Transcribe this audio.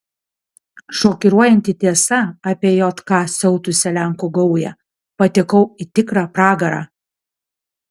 šokiruojanti tiesa apie jk siautusią lenkų gaują patekau į tikrą pragarą